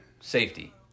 Safety